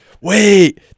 Wait